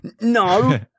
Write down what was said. No